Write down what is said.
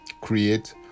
create